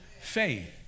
Faith